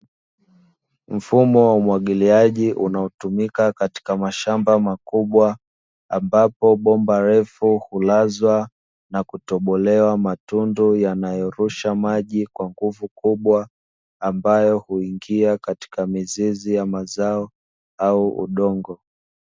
Mfumo wa umwagiliaji unaotumika katika mashamba makubwa, ambapo bomba refu hulazwa na kutobolewa matundu yanayorusha maji kwa nguvu kubwa, ambayo huingia katika mizizi ya mazao au udongo.